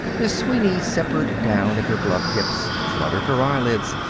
miss sweeney simpered down at her glove-tips, fluttered her eyelids.